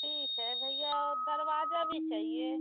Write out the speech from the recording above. ठीक है भैया वह दरवाज़ा भी चाहिए